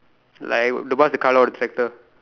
like what's the colour of the tractor